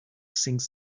things